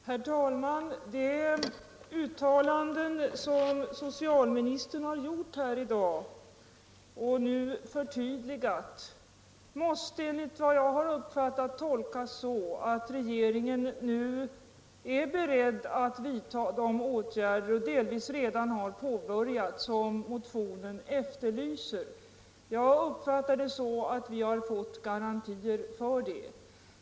Herr talman! De uttalanden som socialministern har gjort här i dag och nu förtydligat måste enligt vad jag uppfattat tolkas så att regeringen 7” Ekonomiskt stöd åt nu är beredd att vidta och delvis redan har påbörjat de åtgärder som motionen efterlyser. Jag uppfattar det så att vi har fått garantier för det.